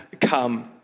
come